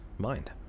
mind